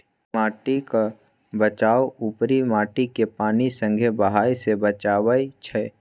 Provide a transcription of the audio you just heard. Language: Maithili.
माटिक बचाउ उपरी माटिकेँ पानि संगे बहय सँ बचाएब छै